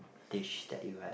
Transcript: dish that you had